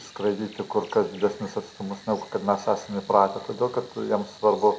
skraidyti kur kas didesnius atstumus negu kad mes esame įpratę todėl kad jiems svarbu